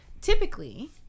typically